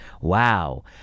Wow